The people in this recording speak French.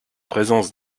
présence